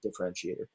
differentiator